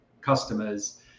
customers